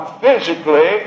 physically